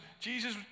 Jesus